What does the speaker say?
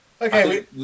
okay